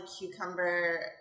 cucumber